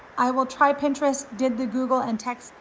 i will try pinterest did the google and texts.